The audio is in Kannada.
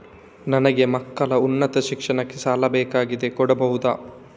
ನನಗೆ ಮಕ್ಕಳ ಉನ್ನತ ಶಿಕ್ಷಣಕ್ಕೆ ಸಾಲ ಬೇಕಾಗಿದೆ ಕೊಡಬಹುದ?